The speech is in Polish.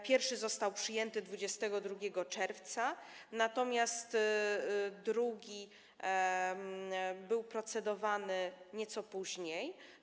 Pierwszy został przyjęty 22 czerwca, natomiast drugi był procedowany nieco później.